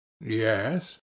Yes